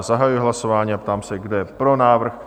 Zahajuji hlasování a ptám se, kdo je pro návrh?